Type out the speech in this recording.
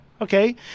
Okay